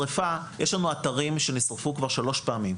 יש לנו אתרים שנשרפו כבר שלוש פעמים,